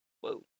Whoa